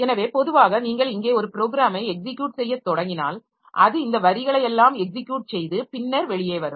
எனவே பொதுவாக நீங்கள் இங்கே ஒரு ப்ரோக்ராமை எக்ஸிக்யுட் செய்ய தொடங்கினால் அது இந்த வரிகளை எல்லாம் எக்ஸிக்யுட் செய்து பின்னர் வெளியே வரும்